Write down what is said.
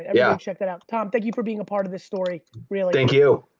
yeah check that out. tom, thank you for being a part of this story, really. thank you,